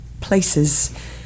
places